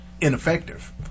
ineffective